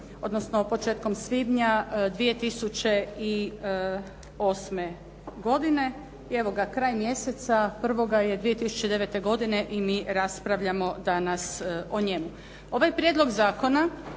odnosno početkom svibnja 2008. godine. I evo ga, kraj mjeseca prvoga je 2009. godine i mi raspravljamo danas o njemu. Ovaj prijedlog zakona